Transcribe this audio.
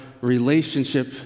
relationship